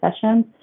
sessions